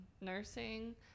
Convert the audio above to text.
nursing